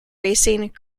racing